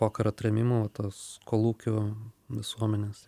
pokario trėmimų tos kolūkių visuomenės